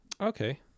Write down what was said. Okay